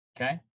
okay